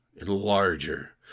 Larger